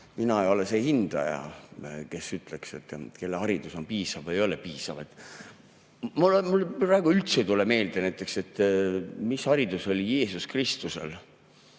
Mina ei ole see hindaja, kes ütleks, kelle haridus on piisav või kelle oma ei ole piisav. Mulle praegu üldse ei tule meelde näiteks, mis haridus oli Jeesus Kristusel,